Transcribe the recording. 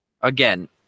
Again